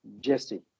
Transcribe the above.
Jesse